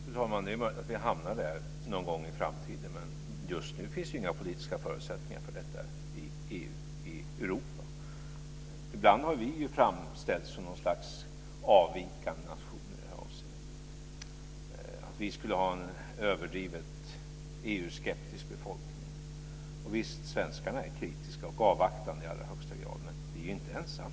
Fru talman! Det är möjligt att vi hamnar där någon gång i framtiden, men just nu finns det inga politiska förutsättningar för detta i Europa. Ibland har vi framställts som något slags avvikande nation i det här avseendet, som om vi skulle ha en överdrivet EU skeptisk befolkning. Och visst är svenskarna kritiska och avvaktande i allra högsta grad, men vi är inte ensamma.